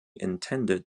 intended